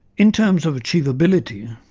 in terms of achievability,